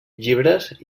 llibres